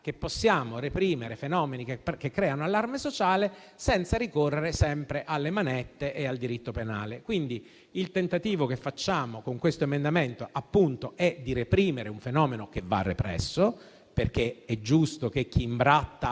che possiamo reprimere fenomeni che creano allarme sociale senza ricorrere sempre alle manette e al diritto penale. Il tentativo che facciamo con questo emendamento, appunto, è di reprimere un fenomeno che va represso, perché è giusto che chi imbratta